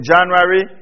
January